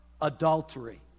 adultery